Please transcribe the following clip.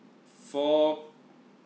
for